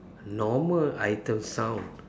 normal item sound